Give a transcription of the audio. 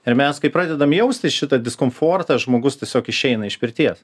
ir mes kai pradedam jausti šitą diskomfortą žmogus tiesiog išeina iš pirties